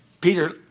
Peter